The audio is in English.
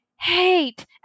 hate